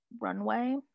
runway